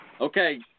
Okay